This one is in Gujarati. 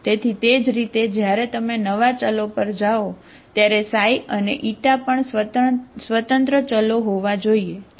તેથી તે જ રીતે જ્યારે તમે નવા ચલો પર જાઓ ત્યારે ξ અને η પણ સ્વતંત્ર ચલો હોવા જોઈએ બરાબર